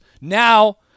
now